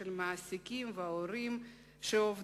של המעסיקים ואינטרסים של ההורים העובדים,